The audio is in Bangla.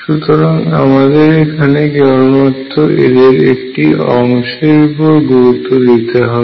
সুতরাং আমাদের এখানে কেবলমাত্র এদের একটি অংশের উপর গুরুত্ব দিতে হবে